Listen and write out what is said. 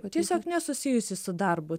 kad tiesiog nesusijusius su darbu